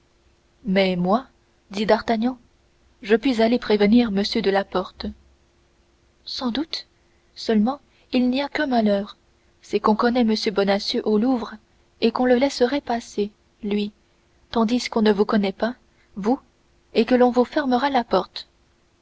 mais moi dit d'artagnan je puis aller prévenir m de la porte sans doute seulement il n'y a qu'un malheur c'est qu'on connaît m bonacieux au louvre et qu'on le laisserait passer lui tandis qu'on ne vous connaît pas vous et que l'on vous fermera la porte